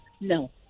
No